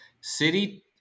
City